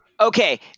okay